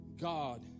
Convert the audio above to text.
God